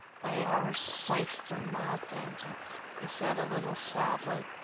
they are safe from my vengeance, he said a little sadly.